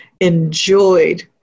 enjoyed